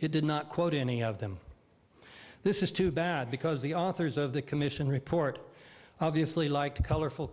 it did not quote any of them this is too bad because the authors of the commission report obviously like colorful